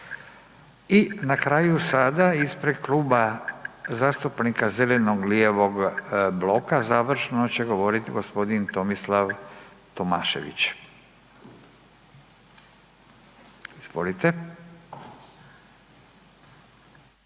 I na kraju sada ispred Kluba zastupnika zeleno-lijevog bloka završno će govoriti gospodin Tomislav Tomašević. Izvolite.